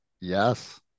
Yes